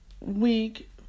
week